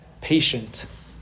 patient